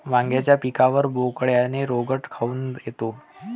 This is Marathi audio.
वांग्याच्या पिकावर बोकड्या रोग काऊन येतो?